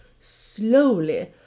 slowly